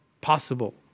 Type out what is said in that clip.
possible